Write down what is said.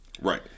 Right